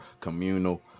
communal